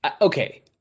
okay